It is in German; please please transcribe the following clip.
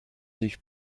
sich